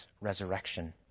resurrection